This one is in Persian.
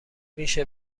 میشه